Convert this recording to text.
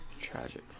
Tragic